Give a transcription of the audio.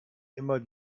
immer